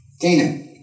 Dana